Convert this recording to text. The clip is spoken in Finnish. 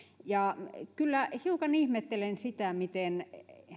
ja kyllä hiukan ihmettelen sitä miten